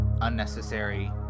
unnecessary